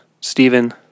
Stephen